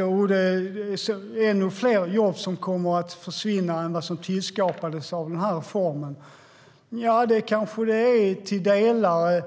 är ännu fler jobb som kommer att försvinna än vad som tillskapades av reformen. Det kanske det är till delar.